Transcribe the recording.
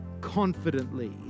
confidently